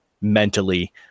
mentally